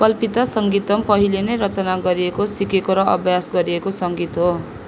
कल्पिता सङ्गीतम् पहिले नै रचना गरिएको सिकेको र अभ्यास गरिएको सङ्गीत हो